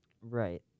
Right